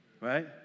Right